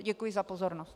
Děkuji za pozornost.